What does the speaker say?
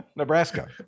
Nebraska